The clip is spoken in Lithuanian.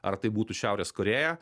ar tai būtų šiaurės korėja